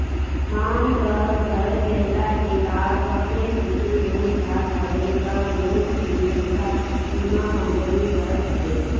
मान लअ घर लेहला के बाद तोहके कुछु हो जात हवे तअ लोन के पईसा बीमा कंपनी भरत हवे